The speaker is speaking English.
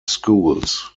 schools